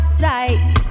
sight